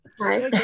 Hi